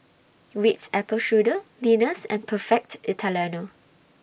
Ritz Apple Strudel Lenas and Perfect Italiano